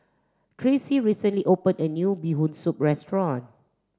Tracee recently opened a new Bee Hoon Soup Restaurant